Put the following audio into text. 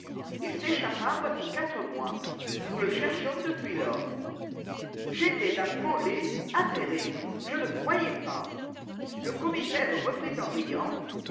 il s'échappa voici quatre mois nous le cherchons depuis lors j'étais affolée atterrée je ne croyais pas le commissaire reprit en riant